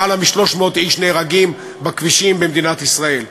למעלה מ-300 איש נהרגים בכבישים במדינת ישראל.